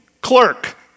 clerk